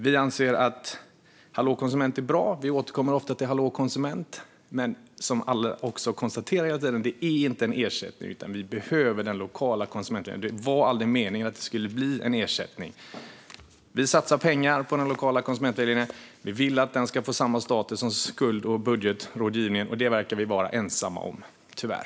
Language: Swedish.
Vi anser att Hallå konsument är bra, och vi återkommer ofta till Hallå konsument. Men som alla också konstaterar hela tiden är den inte en ersättare, utan vi behöver den lokala konsumentvägledningen. Hallå konsument var aldrig menad att bli en ersättning. Vi satsar pengar på den lokala konsumentvägledningen, och vi vill att den ska få samma status som skuld och budgetrådgivningen. Och det verkar vi vara ensamma om - tyvärr.